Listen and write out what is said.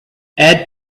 add